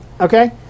Okay